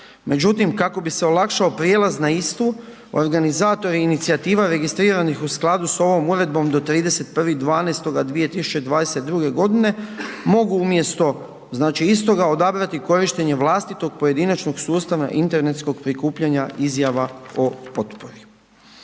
Međutim kako bi se olakšao prijelaz na istu organizator i inicijativa registriranih u skladu s ovom Uredbom do 31.12.2022. godine mogu umjesto znači istoga odabrati korištenje vlastitog pojedinačnog sustava internetskog prikupljanja izjava o potpori.